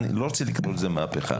אני לא רוצה לקרוא לזה מהפכה,